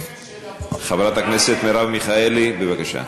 חברת הכנסת מרב מיכאלי, בבקשה.